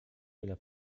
ile